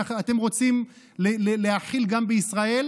שמשם אתם רוצים להחיל גם בישראל,